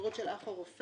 לחברות של אח או רופא,